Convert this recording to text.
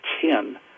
ten